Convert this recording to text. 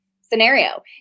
scenario